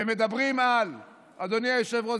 אדוני היושב-ראש,